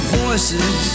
voices